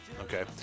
okay